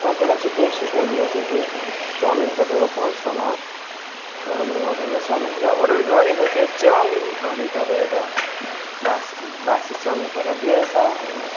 तपाईँलाई चाहिँ त्यही सूचना दिनु थियो कि चाउमिन तपाईँको भरोसामा राम्रो अर्डर गर्छ भनेर अर्डर गरेको थिएँ चाउमिन अनि तपाईँले त बास बासी चाउमिन पठाइदिएछ अनि